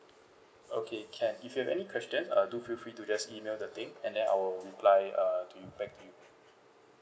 okay can if you have any questions uh do feel free to just email the thing and then I'll reply uh to you back to you